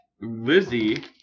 Lizzie